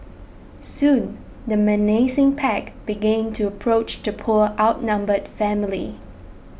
soon the menacing pack began to approach the poor outnumbered family